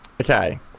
Okay